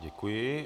Děkuji.